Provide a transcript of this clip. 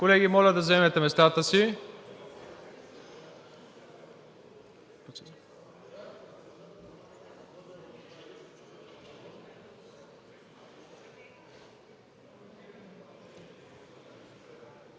Колеги, моля да заемете местата си!